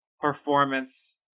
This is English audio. performance